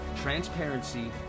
transparency